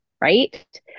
right